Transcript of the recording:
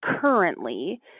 currently